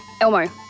Elmo